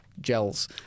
gels